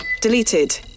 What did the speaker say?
Deleted